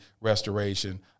restoration